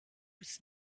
was